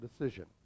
decision